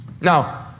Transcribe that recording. Now